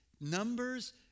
Numbers